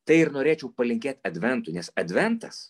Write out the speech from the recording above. tai ir norėčiau palinkėt adventui nes adventas